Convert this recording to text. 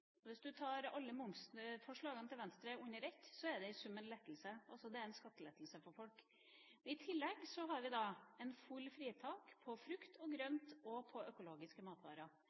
Hvis du tar alle momsforslagene til Venstre under ett, er det i sum en lettelse, altså en skattelettelse for folk. I tillegg har vi fullt fritak på frukt, grønt og økologiske matvarer.